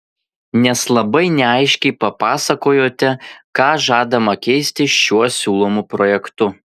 nes labai neaiškiai papasakojote ką žadama keisti šiuo siūlomu projektu